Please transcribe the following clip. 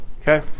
Okay